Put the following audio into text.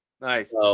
Nice